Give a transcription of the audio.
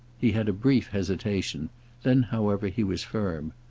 he had a brief hesitation then, however, he was firm.